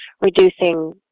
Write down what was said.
reducing